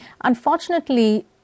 Unfortunately